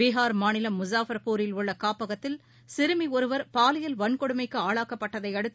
பீகார் பாலியல் மாநிலம் முஸாஃபர்பூரில் உள்ளகாப்பகத்தில் சிறுமிஒருவர் வன்கொடுமைக்குஆளாக்கப்பட்டதையடுத்து